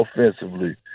offensively